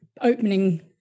opening